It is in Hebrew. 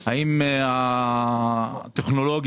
200,000?